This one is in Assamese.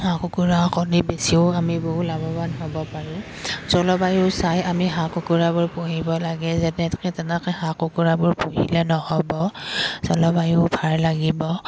হাঁহ কুকুৰাৰ কণী বেছিও আমি বহু লাভৱান হ'ব পাৰোঁ জলবায়ু চাই আমি হাঁহ কুকুৰাবোৰ পুহিব লাগে যেনেকৈ তেনেকৈ হাঁহ কুকুৰাবোৰ পুহিলে নহ'ব জলবায়ু ভাল লাগিব